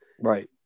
Right